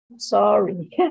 sorry